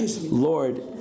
Lord